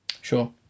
Sure